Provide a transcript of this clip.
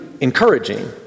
encouraging